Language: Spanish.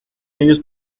ellos